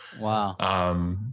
wow